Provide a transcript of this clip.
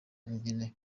nyene